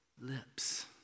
lips